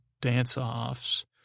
dance-offs